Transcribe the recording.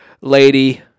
lady